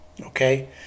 Okay